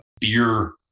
beer